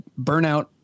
burnout